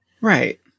right